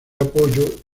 apoyo